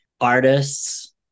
artists